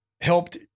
helped